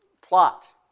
plot